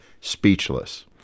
Speechless